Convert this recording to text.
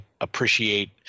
appreciate